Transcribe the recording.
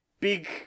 big